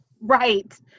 Right